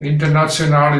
international